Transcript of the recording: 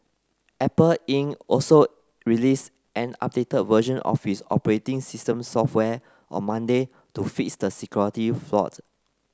Apple Inc also release an updated version of its operating system software on Monday to fix the security flawed